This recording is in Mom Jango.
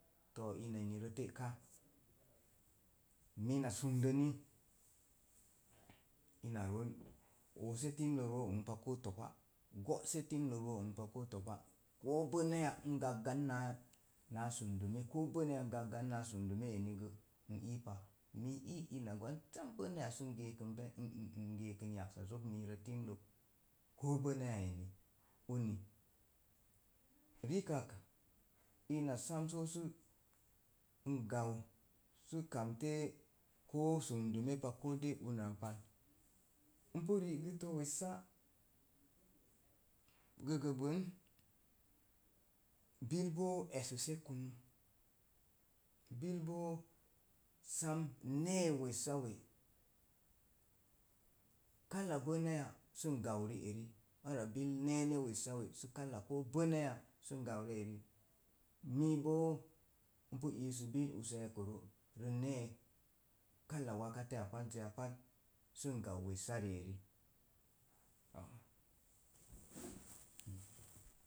Too inénirə téka mina sundo ne ina roon oose timlə roo n pa koo topa. go'se timle roo n koo to̱pa. ko bəna ya n gak gan náá sundume koo bənaya n gakp gan náá sundume enirə. nii pa, mii n ii ina sə gwaan ko bənaya n gəəkən yaksa zok ro tim lək koo bənaya eni uni, rikak ina sam sə n gau sə kamte koo sundume pa koo una pa npu rigəttə wessa. gəgə bən bil bo essisé kúnú, bil boo sam ne̱e̱ wessawe’ kala bənaya sə n gau rieri ara bil ne̱e̱ne wessawe’ sə kala koo ɓənaya sə n gau rieri mi bo n iisik bil usukoro na ne̱e̱. Kala wakateya pazzəya pat. Sə n gau wessa rieri